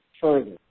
further